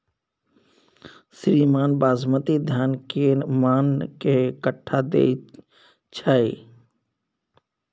श्रीमान बासमती धान कैए मअन के कट्ठा दैय छैय?